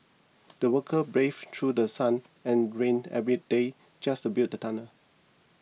the worker braved through The Sun and rain every day just to build the tunnel